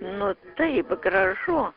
nu taip gražu